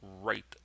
right